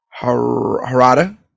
Harada